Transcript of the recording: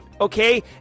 okay